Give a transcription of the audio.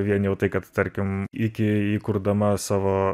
vien jau tai kad tarkim iki įkurdama savo